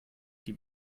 die